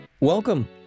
Welcome